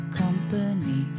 company